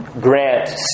grant